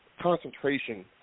concentration